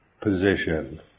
position